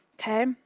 Okay